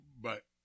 but-